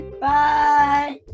Bye